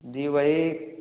जी वही